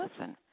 listen